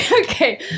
Okay